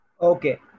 Okay